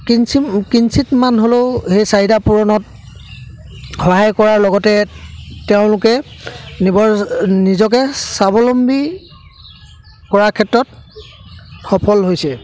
কিঞ্চিত কিঞ্চিতমান হ'লেও সেই চাহিদা পূৰণত সহায় কৰাৰ লগতে তেওঁলোকে নিবজ নিজকে স্বাৱলম্বী কৰাৰ ক্ষেত্ৰত সফল হৈছে